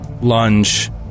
lunge